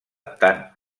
tant